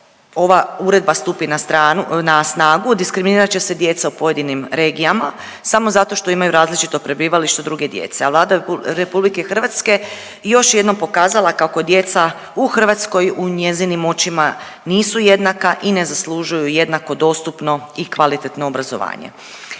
ova uredba stupi na snagu, diskriminirat će se djeca u pojedinim regijama samo zato što imaju različito prebivalište druge djece, a Vlada RH još je jednom pokazala kako djeca u Hrvatskoj u njezinim očima nisu jednaka i ne zaslužuju jednako dostupno i kvalitetno obrazovanje.